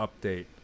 update